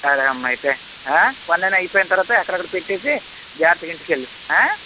సరేనమ్మా అయితే ఆ పనులన్నీ అయిపోయిన తర్వాత ఎక్కడివక్కడ పెట్టేసి జాగ్రత్తగా ఇంటికెళ్ళు ఆ